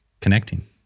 Connecting